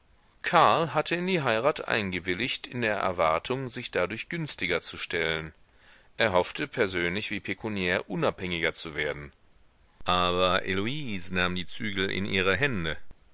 karl hatte in die heirat eingewilligt in der erwartung sich dadurch günstiger zu stellen er hoffte persönlich wie pekuniär unabhängiger zu werden aber heloise nahm die zügel in ihre hände